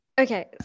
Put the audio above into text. Okay